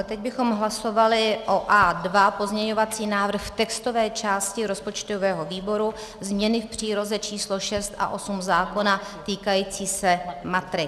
Teď bychom hlasovali o A2, pozměňovací návrh k textové části rozpočtového výboru, změny v příloze č. 6 a 8 zákona týkající se matrik.